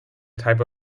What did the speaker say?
type